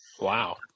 Wow